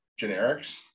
generics